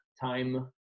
time